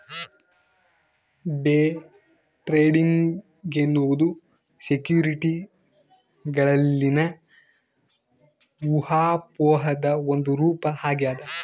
day trading ಎನ್ನುವುದು ಸೆಕ್ಯುರಿಟಿಗಳಲ್ಲಿನ ಊಹಾಪೋಹದ ಒಂದು ರೂಪ ಆಗ್ಯದ